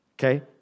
okay